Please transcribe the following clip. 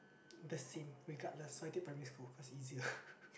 the same regardless I would take primary school cause easier